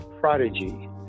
prodigy